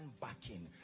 backing